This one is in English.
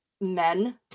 men